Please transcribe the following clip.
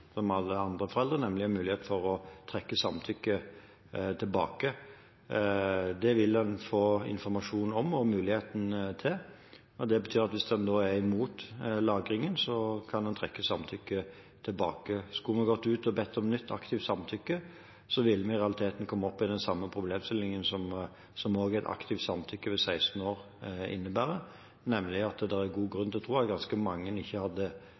som alle andre foreldre, nemlig en mulighet til å trekke samtykket tilbake. Det vil en få informasjon om og muligheten til, og det betyr at hvis en er imot lagringen, kan en trekke samtykket tilbake. Skulle vi gått ut og bedt om nytt aktivt samtykke, ville vi i realiteten komme opp i den samme problemstillingen som også et aktivt samtykke ved 16 år innebærer, nemlig at det er god grunn til å tro at ganske mange ikke hadde